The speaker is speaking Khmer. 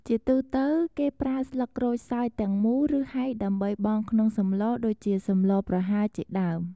ជាទូទៅ គេប្រើស្លឹកក្រូចសើចទាំងមូល ឬហែកដើម្បីបង់ក្នុងសម្លដូចជា សម្លប្រហើរជាដេីម។